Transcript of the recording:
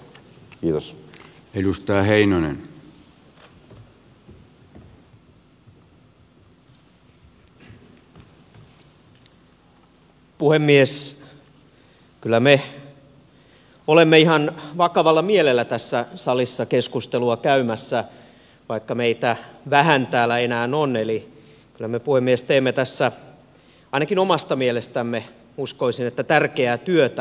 kyllä me olemme ihan vakavalla mielellä tässä salissa keskustelua käymässä vaikka meitä vähän täällä enää on eli kyllä me puhemies teemme tässä ainakin omasta mielestämme uskoisin tärkeää työtä